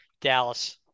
Dallas